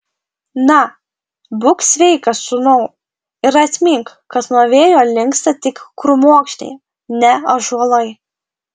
na būk sveikas sūnau ir atmink kad nuo vėjo linksta tik krūmokšniai ne ąžuolai